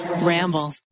ramble